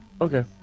Okay